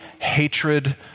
hatred